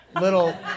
little